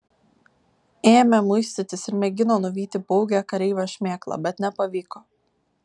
ėmė muistytis ir mėgino nuvyti baugią kareivio šmėklą bet nepavyko